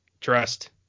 Trust